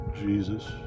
Jesus